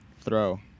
Throw